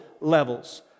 levels